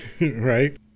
right